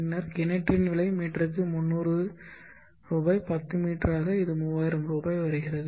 பின்னர் கிணற்றின் விலை மீட்டருக்கு 300 ரூபாய் பத்து மீட்டராக இது 3000 ரூபாய் வருகிறது